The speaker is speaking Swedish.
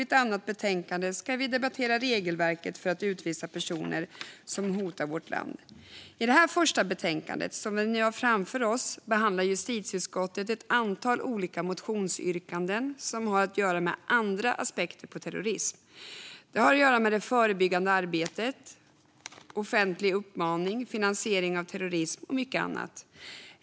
Ett annat betänkande som vi ska debattera handlar om regelverket för att utvisa personer som hotar vårt land. I det första betänkandet, som vi nu har framför oss, behandlar justitieutskottet ett antal olika motionsyrkanden som har att göra med andra aspekter av terrorism. Det har att göra med det förebyggande arbetet, offentlig uppmaning, finansiering av terrorism och mycket annat.